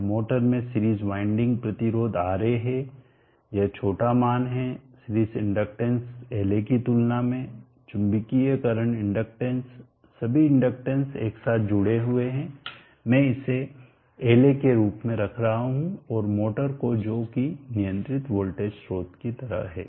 अब मोटर में series winding प्रतिरोध Ra है यह छोटा मान है सीरीज इंडक्टेंस La की तुलना में चुंबकीयकरण इंडक्टेंस सभी इंडक्टेंस एक साथ जुड़े है मैं इसे La के रूप में रख रहा हूं और मोटर को जो कि नियंत्रित वोल्टेज स्रोत की तरह है